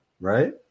right